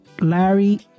Larry